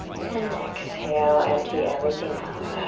and exhale empty everything out.